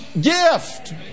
gift